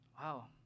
Wow